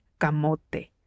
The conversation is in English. camote